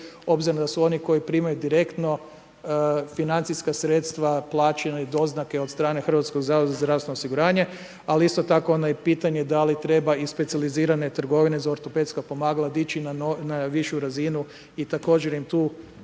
obzirom da su oni koji primaju direktno financijska sredstva plaćeno i doznake od HZZO, ali isto tako onda i pitanje da li trebaju i specijalizirane trgovine za ortopedska pomagala dići na višu razinu i također im tu spomenuti